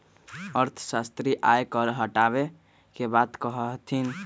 अर्थशास्त्री आय कर के हटावे के बात कहा हथिन